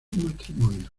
matrimonio